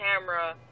camera